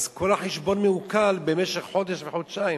אז כל החשבון מעוקל במשך חודש וחודשיים.